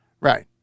Right